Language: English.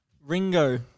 Ringo